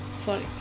Sorry